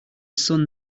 sun